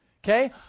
Okay